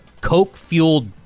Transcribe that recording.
Coke-fueled